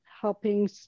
helping